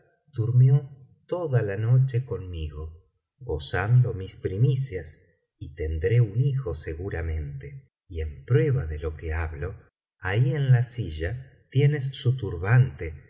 durmió toda la noche conmigo gozando mis primicias y tendré un hijo seguramente y en prueba de lo que hablo ahí en la silla tienes su turbante